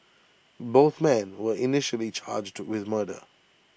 both men were initially charged with murder